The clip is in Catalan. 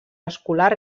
escolar